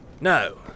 No